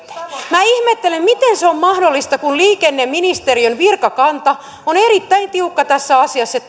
minä ihmettelen miten se on mahdollista kun liikenneministeriön virkakanta on erittäin tiukka tässä asiassa